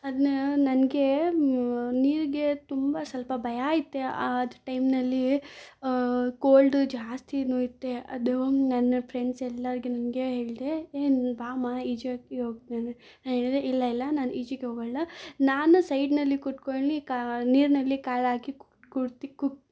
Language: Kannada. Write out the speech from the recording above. ಅದನ್ನ ನನಗೆ ನೀರಿಗೆ ತುಂಬ ಸ್ವಲ್ಪ ಭಯ ಐತೆ ಅದು ಟೈಮ್ನಲ್ಲಿ ಕೋಲ್ಡು ಜಾಸ್ತಿನೂ ಐತೆ ಅದು ನನ್ನ ಫ್ರೆಂಡ್ಸೆಲ್ಲಾರ್ಗೆ ನನಗೆ ಹೇಳಿದೆ ಏ ನೀನು ಬಾಮ್ಮ ಈಜಕ್ಕೆ ಹೋಗ್ತಿ ನಾನು ಹೇಳಿದೆ ಇಲ್ಲ ಇಲ್ಲ ನಾನು ಈಜಿಗೆ ಹೋಗಲ್ಲ ನಾನು ಸೈಡ್ನಲ್ಲಿ ಕೂತ್ಕೊಂಡು ಕಾ ನೀರಿನಲ್ಲಿ ಕಾಲಾಕಿ ಕೂರ್ತಿ ಕೂ